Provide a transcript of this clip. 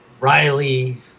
Riley